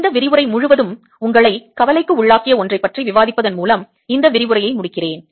இந்த விரிவுரை முழுவதும் உங்களை கவலைக்கு உள்ளாக்கிய ஒன்றைப் பற்றி விவாதிப்பதன் மூலம் இந்த விரிவுரையை முடிக்கிறேன்